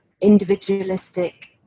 individualistic